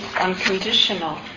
Unconditional